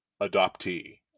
adoptee